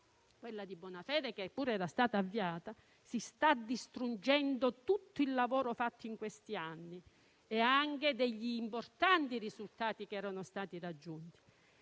quella di Bonafede, che pure era stata avviata - si stanno distruggendo tutto il lavoro fatto in questi anni e anche gli importanti risultati raggiunti